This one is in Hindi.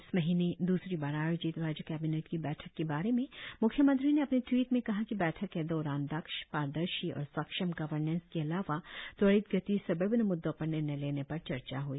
इस महीने द्रसरी बार आयोजित राज्य केबिनेट की बैठक के बारे में म्ख्यमंत्री ने अपने ट्वीट में कहा कि बैठक के दौरान दक्ष पारदर्शी और सक्षम गवर्नेस के अलावा त्वरित गति से विभिन्न मुद्दो पर निर्णय लेने पर चर्चा हई